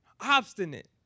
Obstinate